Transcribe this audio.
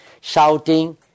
shouting